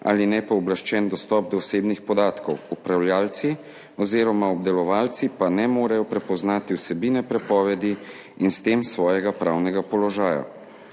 ali nepooblaščen dostop do osebnih podatkov, upravljalci oziroma obdelovalci pa ne morejo prepoznati vsebine prepovedi in s tem svojega pravnega položaja.